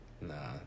Nah